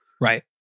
Right